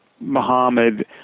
Muhammad